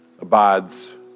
abides